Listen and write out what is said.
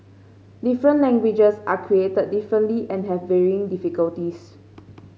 different languages are created differently and have varying difficulties